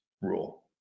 rule